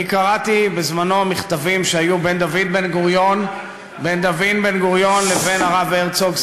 אני קראתי בזמנו מכתבים שהוחלפו בין דוד בן-גוריון לבין הרב הרצוג,